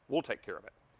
we'll take care of it.